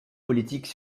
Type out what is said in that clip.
politiques